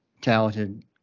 talented